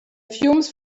fumes